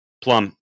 Plum